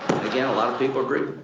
yeah a lot of people agree